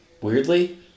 weirdly